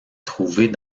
trouvés